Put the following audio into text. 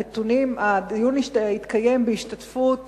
הדיון התקיים בהשתתפות